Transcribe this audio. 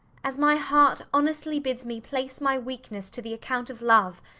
as my heart honestly bids me place my weakness to the account of love,